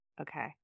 okay